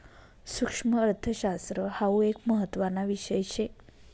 सुक्ष्मअर्थशास्त्र हाउ एक महत्त्वाना विषय शे